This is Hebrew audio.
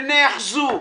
ונאחזו.